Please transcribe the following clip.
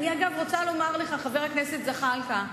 אגב, אני רוצה לומר לך, חבר הכנסת זחאלקה,